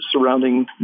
surrounding